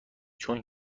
چون